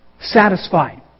Satisfied